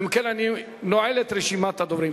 אם כן, אני נועל את רשימת הדוברים.